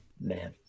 man